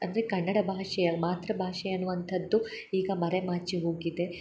ಅಂದರೆ ಕನ್ನಡ ಭಾಷೆಯ ಮಾತೃ ಭಾಷೆ ಅನ್ನುವಂಥದ್ದು ಈಗ ಮರೆಮಾಚಿ ಹೋಗಿದೆ